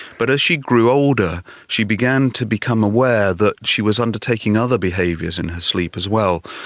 but as she grew older she began to become aware that she was undertaking other behaviours in her sleep as well.